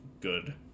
good